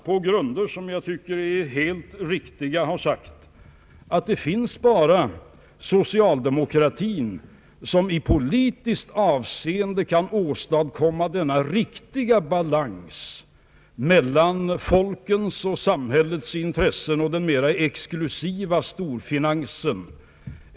På grunder som jag tycker är helt riktiga har statsministern sagt att endast socialdemokratin kan åstadkomma den riktiga ba lansen mellan å ena sidan folkets och samhällets intressen och å andra sidan den mera exklusiva storfinansens.